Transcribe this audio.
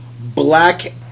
Black